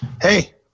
hey